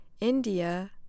India